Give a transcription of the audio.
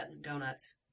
donuts